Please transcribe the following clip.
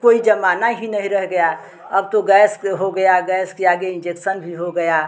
कोई ज़माना ही नहीं रह गया अब तो गैस हो गया गैस के आगे इंजेक्सन भी हो गया